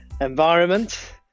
environment